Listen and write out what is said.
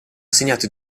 segnato